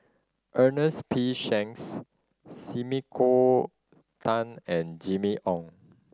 Ernest P Shanks Sumiko Tan and Jimmy Ong